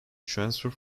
transfer